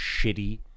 shitty